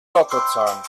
lottozahlen